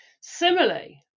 Similarly